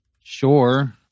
Sure